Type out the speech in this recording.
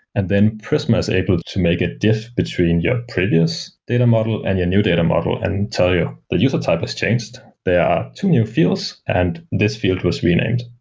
and then prisma is able to make a diff between your previous data model and your data model and tell you, the user type has changed. there are two new fields, and this field was renamed.